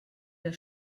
der